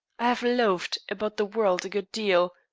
i have loafed about the world a good deal,